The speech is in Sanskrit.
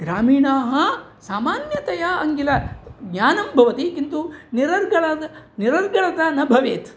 ग्रामीणाः सामान्यतया आङ्ग्लज्ञानं भवति किन्तु निरर्गलं निरर्गलतया न भवति